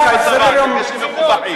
אדוני סגן השר, הדרוזים משרתים בצבא.